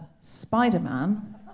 Spider-Man